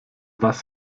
was